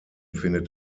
findet